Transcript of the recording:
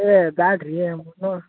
ಏ ಬ್ಯಾಡ್ರಿ ಮುನ್ನೂರು